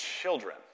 Children